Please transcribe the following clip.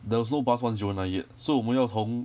there was no bus one zero nine yet so 我们要从